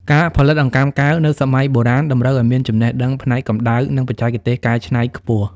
ការផលិតអង្កាំកែវនៅសម័យបុរាណតម្រូវឱ្យមានចំណេះដឹងផ្នែកកំដៅ និងបច្ចេកទេសកែច្នៃខ្ពស់។